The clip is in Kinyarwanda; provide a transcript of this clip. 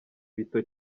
bito